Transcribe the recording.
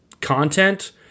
content